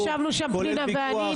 ישבנו שם פנינה ואני,